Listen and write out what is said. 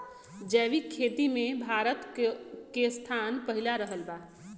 जैविक खेती मे भारत के स्थान पहिला रहल बा